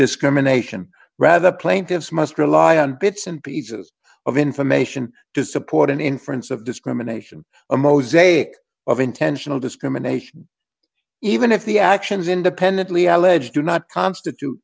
discrimination rather plaintiffs must rely on bits and pieces of information to support an inference of discrimination a mosaic of intentional discrimination even if the actions independently alleged do not constitute